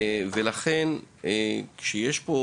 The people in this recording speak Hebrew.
לכן, כשיש פה